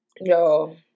yo